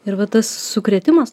ir va tas sukrėtimas